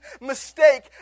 mistake